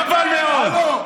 חבל מאוד.